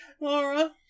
Laura